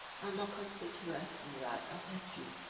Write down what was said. are more conspicuous in the light of history.